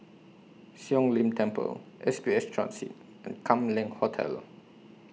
Siong Lim Temple S B S Transit and Kam Leng Hotel